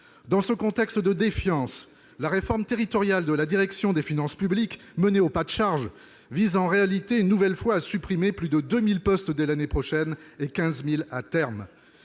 Dans ce contexte de défiance, la réforme territoriale de la direction des finances publiques, menée au pas de charge, vise en réalité à supprimer plus de 2 000 postes dès l'année prochaine, et 15 000 à terme.